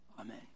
Amen